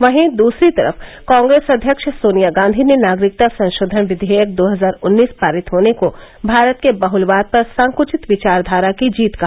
वहीं दूसरी तरफ कांग्रेस अध्यक्ष सोनिया गांवी ने नागरिकता संशोधन विवेयक दो हजार उन्नीस पारित होने को भारत के बहुलवाद पर संकूचित विचारधारा की जीत कहा